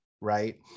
right